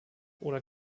oder